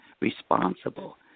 responsible